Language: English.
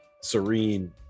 serene